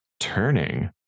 turning